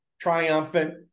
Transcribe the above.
Triumphant